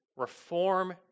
Reform